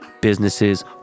businesses